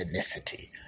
ethnicity